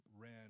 ran